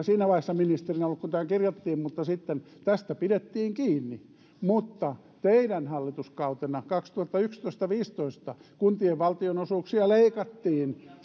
siinä vaiheessa ministerinä ollut kun tämä kirjattiin että sitten tästä pidettiin kiinni mutta teidän hallituskautenanne kaksituhattayksitoista viiva kaksituhattaviisitoista kuntien valtionosuuksia leikattiin